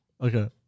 Okay